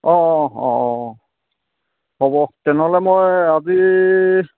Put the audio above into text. অঁ অঁ অঁ অঁ হ'ব তেনেহ'লে মই আজি